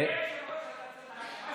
אדוני היושב-ראש,